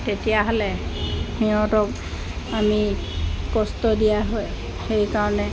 তেতিয়াহ'লে সিহঁতক আমি কষ্ট দিয়া হয় সেইকাৰণে